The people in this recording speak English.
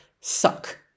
suck